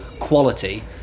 Quality